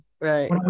right